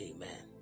Amen